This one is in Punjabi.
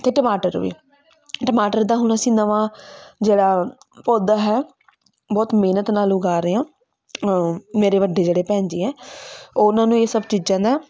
ਅਤੇ ਟਮਾਟਰ ਵੀ ਟਮਾਟਰ ਤਾਂ ਹੁਣ ਅਸੀਂ ਨਵਾਂ ਜਿਹੜਾ ਪੌਦਾ ਹੈ ਬਹੁਤ ਮਿਹਨਤ ਨਾਲ ਉਗਾ ਰਹੇ ਹਾਂ ਮੇਰੇ ਵੱਡੇ ਜਿਹੜੇ ਭੈਣ ਜੀ ਹੈ ਉਹਨਾਂ ਨੂੰ ਇਹ ਸਭ ਚੀਜ਼ਾਂ ਦਾ